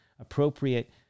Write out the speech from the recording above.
appropriate